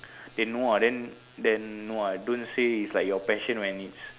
then !wah! then then !wah! don't say it's like your passion or anything